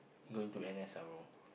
going to N_S ah bro